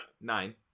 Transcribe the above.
Nine